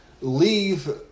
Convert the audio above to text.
leave